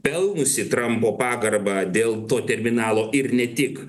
pelnusį trampo pagarbą dėl to terminalo ir ne tik